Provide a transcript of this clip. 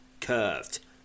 curved